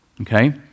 okay